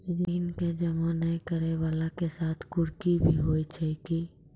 ऋण के जमा नै करैय वाला के साथ कुर्की भी होय छै कि?